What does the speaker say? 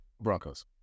Broncos